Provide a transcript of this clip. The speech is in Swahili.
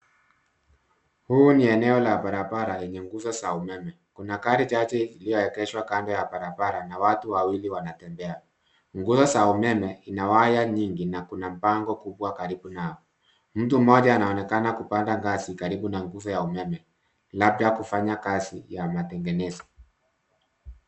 Huu ni eneo la barabara lenye nguzo za umeme, Kuna gari chache iliyoekeshwa kando ya barabara na watu wawili wanatembea, nguzo za umeme ina waya nyingi na kuna pango kubwa karibu nao, mtu mmoja anaonekana kupanda ngazi karibu na nguzo ya umeme labda kufanya kazi ya matengenezo